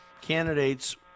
candidates